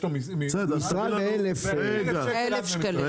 שיש לו משרד ו-1,000 שקל למי שאין משרד.